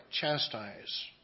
chastise